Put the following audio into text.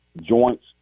joints